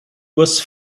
was